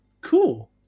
Cool